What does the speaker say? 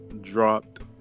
dropped